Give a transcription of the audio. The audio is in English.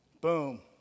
boom